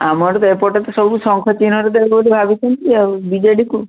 ଆମର ତ ଏପଟେ ତ ସବୁ ଶଙ୍ଖ ଚିହ୍ନରେ ଦେବେ ବୋଲି ଭାବୁଛନ୍ତି ଆଉ ବିଜେଡ଼ିକୁ